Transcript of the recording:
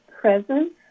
presence